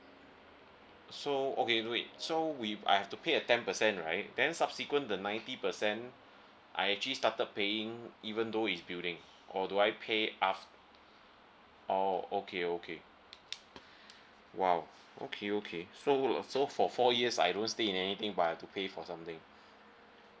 so okay wait so we I have to pay a ten percent right then subsequent the ninety percent I actually started paying even though if building or do I pay af~ oh okay okay !wow! okay okay so uh so for four years I don't stay in anything but I have to pay for something